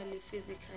physically